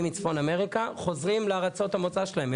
מצפון אמריקה חוזרים לארצות המוצא שלהם.